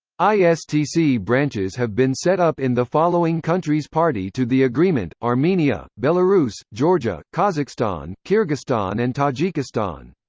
istc branches have been set up in the following countries party to the agreement armenia, belarus, georgia, kazakhstan, kyrgyzstan and tajikistan.